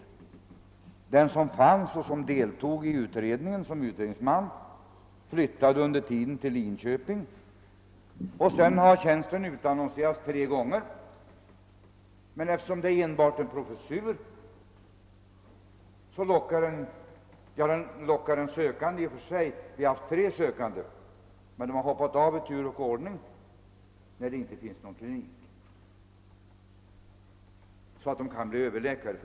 Den professor som fanns och som deltog i utredningen flyttade under tiden till Linköping, och sedan dess har tjänsten utannonserats tre gånger. Tjänsten lockar visserligen sökande — vi har haft tre sådana — men eftersom det inte finns någon klinik där tjänstens innehavare kan bli överläkare har de sökande hoppat av i tur och ordning.